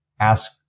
ask